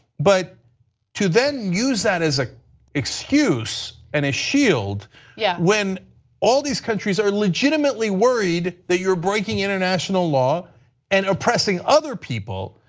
but to then use that as an ah excuse and a shield yeah when all these countries are legitimately worried that you are breaking international law and are pressing other people,